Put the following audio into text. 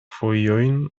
fojojn